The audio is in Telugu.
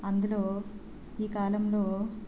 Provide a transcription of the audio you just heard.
అందులో ఈ కాలంలో